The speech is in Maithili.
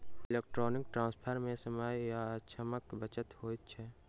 इलेक्ट्रौनीक ट्रांस्फर मे समय आ श्रमक बचत होइत छै